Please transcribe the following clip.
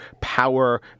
Power